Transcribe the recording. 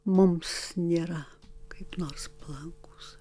mums nėra kaip nors palankūs